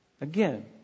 Again